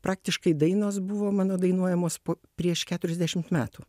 praktiškai dainos buvo mano dainuojamos po prieš keturiasdešimt metų